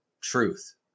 truth